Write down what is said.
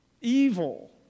Evil